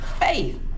faith